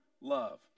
love